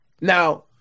Now